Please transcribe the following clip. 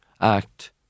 act